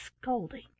scolding